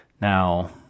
now